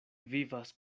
vivas